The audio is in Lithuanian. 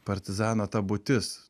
partizano ta būtis